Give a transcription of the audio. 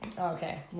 Okay